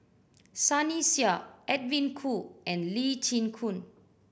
Sunny Sia Edwin Koo and Lee Chin Koon